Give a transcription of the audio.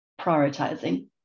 prioritizing